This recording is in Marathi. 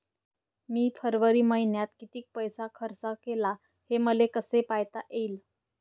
मी फरवरी मईन्यात कितीक पैसा खर्च केला, हे मले कसे पायता येईल?